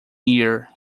year